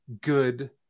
good